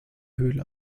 höhle